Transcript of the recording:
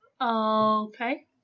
Okay